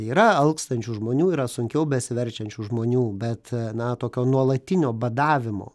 yra alkstančių žmonių yra sunkiau besiverčiančių žmonių bet na tokio nuolatinio badavimo